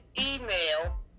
email